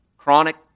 chronic